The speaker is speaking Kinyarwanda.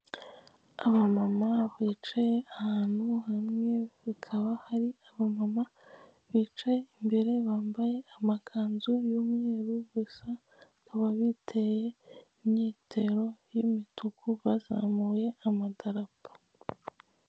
Abamama bicaye ahantu hamwe hakaba hari abamama bicaye imbere bambaye amakanzu y'umweru gusa bakaba biteye imyitero y'imituku bazamuye amadarapo.